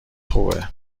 خوبه